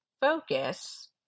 focus